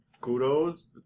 kudos